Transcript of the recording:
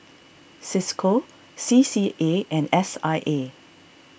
Cisco C C A and S I A